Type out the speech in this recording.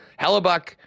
Hellebuck